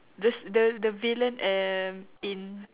this the the villain um in